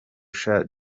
sha